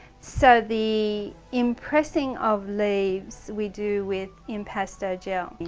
so, the impressing of leaves we do with impasto gel.